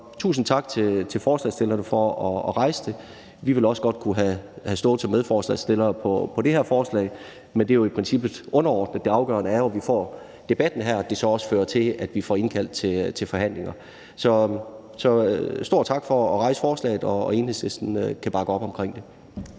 tusind tak til forslagsstillerne for at rejse debatten. Vi ville også godt kunne have stået som medforslagsstillere på det her forslag, men det er jo i princippet underordnet. Det afgørende er jo, at vi får debatten her, og at det så også fører til, at vi får indkaldt til forhandlinger. Så stor tak for at fremsætte forslaget. Enhedslisten kan bakke det